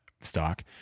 stock